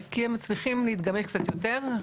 כי הם מצליחים להתגמש קצת יותר.